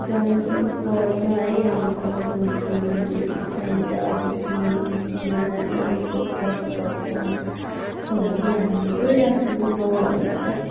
जानु पनि पर्छ है अब गाउँ समाजको मान्छेहरू चाहिन्छ अब चिनी चिनाजाना यसो गफसफ गर्नुको लागि हामी गइराख्छौँ गाउँहरूमा त